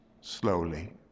slowly